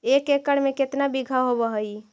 एक एकड़ में केतना बिघा होब हइ?